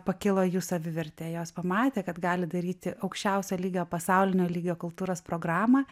pakilo jų savivertė jos pamatė kad gali daryti aukščiausio lygio pasaulinio lygio kultūros programą